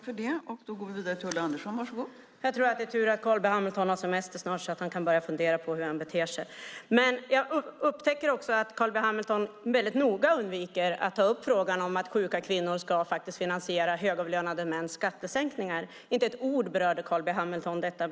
Fru talman! Det är nog tur att Carl B Hamilton har semester snart, så att han kan börja fundera på hur han beter sig. Jag upptäcker att Carl B Hamilton noga undviker att ta upp frågan om att sjuka kvinnor ska finansiera högavlönade mäns skattesänkningar. Inte med ett ord berörde Carl B Hamilton detta.